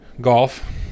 Golf